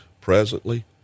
presently